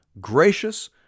Gracious